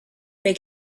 big